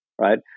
right